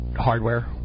hardware